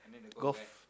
golf